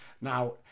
Now